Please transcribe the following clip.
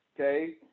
okay